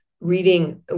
reading